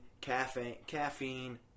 caffeine